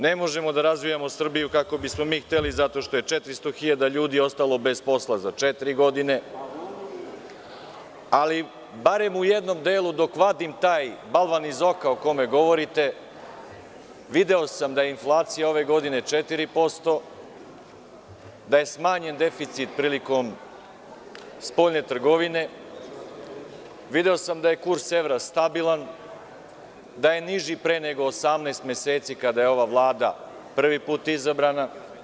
Ne možemo da razvijamo Srbiju kako bismo mi hteli, zato što je 400 hiljada ljudi ostalo bez posla za četiri godine, ali barem u jednom delu, dok vadim taj balvan iz oka o kome govorite, video sam da je inflacija ove godine 4%, da je smanjen deficit prilikom spoljne trgovine, video sam da je kurs evra stabilan, da je niži pre nego 18 meseci kada je ova Vlada prvi put izabrana.